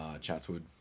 Chatswood